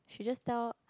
she just tell